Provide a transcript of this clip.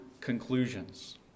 conclusions